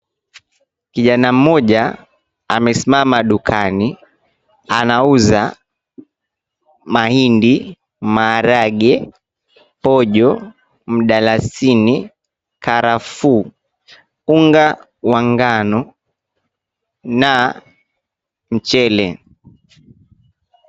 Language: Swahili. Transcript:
Kijana mmoja amesimama dukani anauza mahindi, maharagwe, pojo, mdalasini, karafuu, unga wa ngano na mchele.